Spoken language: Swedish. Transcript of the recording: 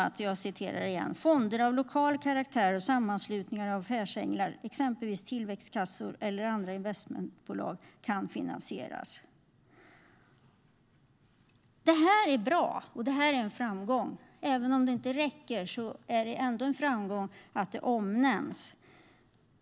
Det står också: "Fonder av lokal karaktär och sammanslutningar av affärsänglar, exempelvis tillväxtkassor eller andra mindre investmentbolag, kan finansieras." Det är bra. Det är en framgång. Även om det inte räcker är det en framgång att det nämns.